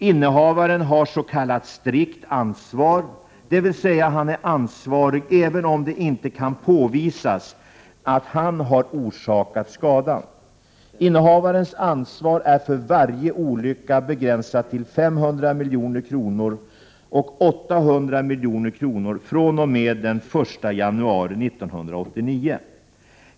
Innehavaren har s.k. strikt ansvar, dvs. han är ansvarig även om det inte kan påvisas att han har orsakat skadan. Innehavarens ansvar är för varje olycka begränsat till 500 milj.kr., 800 milj.kr. fr.o.m. den 1 januari 1989.